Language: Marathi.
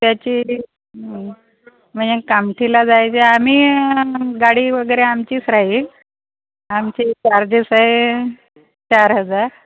त्याची म्हणजे कामठीला जायचे आम्ही गाडी वगैरे आमचीच राहील आमचे चार्जेस आहे चार हजार